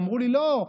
אמרו לי: לא,